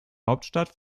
hauptstadt